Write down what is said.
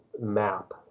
map